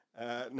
No